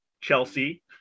Chelsea